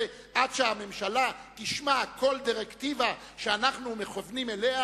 עד שהממשלה תשמע כל דירקטיבה שאנחנו מכוונים אליה,